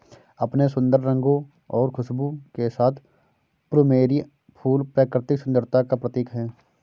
अपने सुंदर रंगों और खुशबू के साथ प्लूमेरिअ फूल प्राकृतिक सुंदरता का प्रतीक है